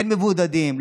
כן מבודדים,